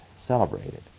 celebrated